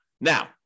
Now